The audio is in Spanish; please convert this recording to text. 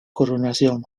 coronación